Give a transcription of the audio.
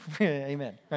amen